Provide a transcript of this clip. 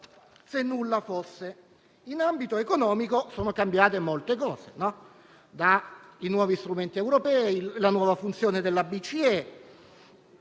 se nulla fosse. In ambito economico sono cambiate molte cose: i nuovi strumenti europei, la nuova funzione della BCE